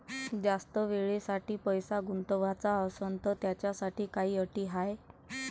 जास्त वेळेसाठी पैसा गुंतवाचा असनं त त्याच्यासाठी काही अटी हाय?